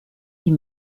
die